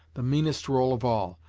the meanest role of all,